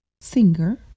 singer